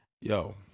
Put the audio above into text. Yo